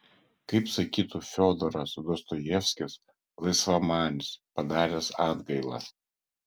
kaip sakytų fiodoras dostojevskis laisvamanis padaręs atgailą